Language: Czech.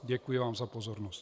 Děkuji vám za pozornost.